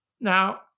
Now